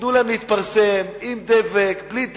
תנו להם להתפרסם, עם דבק, בלי דבק,